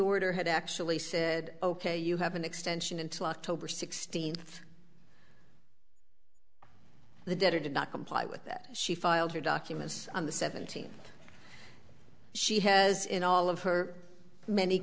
order had actually said ok you have an extension until october sixteenth the debtor did not comply with that she filed her documents on the seventeenth she has in all of her many